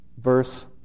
Verse